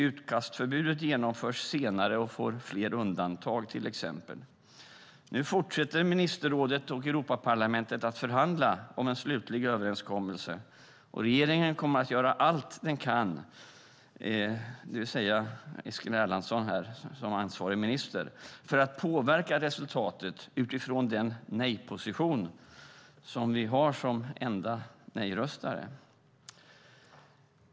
Utkastförbudet genomförs senare och får fler undantag, till exempel. Nu fortsätter ministerrådet och Europaparlamentet att förhandla om en slutlig överenskommelse. Regeringen kommer att göra allt den kan, det vill säga Eskil Erlandsson, som ansvarig minister, för att påverka resultatet utifrån den nej-position som vi har som enda nej-röstare.